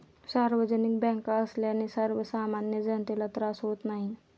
सार्वजनिक बँका असल्याने सर्वसामान्य जनतेला त्रास होत नाही